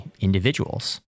individuals